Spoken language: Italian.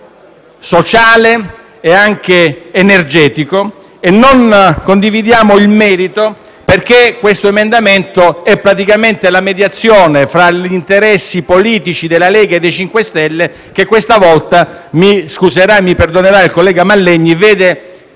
sociale e anche energetico e non condividiamo il merito, perché questo emendamento è praticamente la mediazione fra gli interessi politici della Lega e dei 5 Stelle che questa volta, mi perdonerà il collega Mallegni, vede